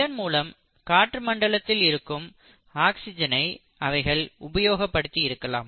இதன் மூலம் காற்று மண்டலத்தில் இருக்கும் ஆக்சிஜனை அவைகள் உபயோகப்படுத்தி இருக்கலாம்